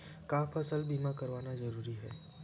का फसल बीमा करवाना ज़रूरी हवय?